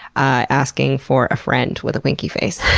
ah asking for a friend. with a winky face.